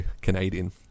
Canadian